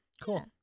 Cool